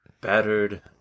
Battered